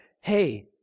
Hey